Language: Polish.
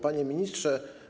Panie Ministrze!